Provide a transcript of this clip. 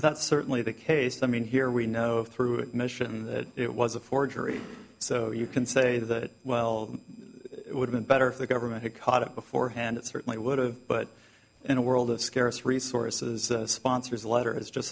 that's certainly the case i mean here we know through a mission that it was a forgery so you can say that well it would've been better if the government had caught it before hand it certainly would've but in a world of scarce resources the sponsors letter is just